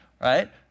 right